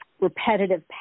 repetitive